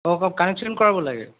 অঁ কওক কানেকশ্যন কৰাব লাগে